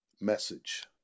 message